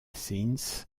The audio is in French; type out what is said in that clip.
saints